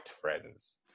friends